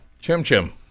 Chim-chim